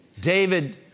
David